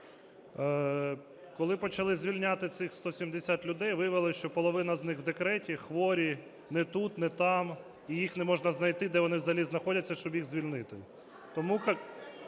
Коли почали звільняти цих 170 людей, виявилося, що половина з них у декреті, хворі, не тут, не там і їх не можна знайти, де вони взагалі знаходяться, щоб їх звільнити.